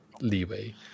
leeway